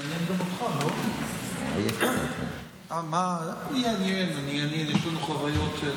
מזרסקי ואפרת רייטן מרום בנושא: אי-הסדרת תחום הכירופרקטיקה,